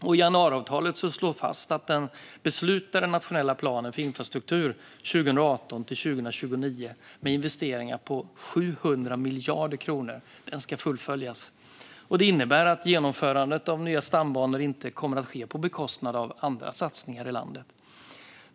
I januariavtalet slås fast att den beslutade nationella planen för infrastruktur 2018-2029 med investeringar på 700 miljarder kronor ska fullföljas. Det innebär att genomförandet av nya stambanor inte kommer att ske på bekostnad av andra satsningar i landet.